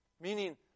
Meaning